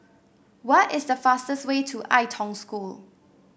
what is the fastest way to Ai Tong School